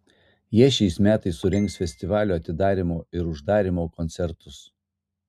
jie šiais metais surengs festivalio atidarymo ir uždarymo koncertus